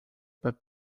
peab